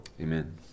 Amen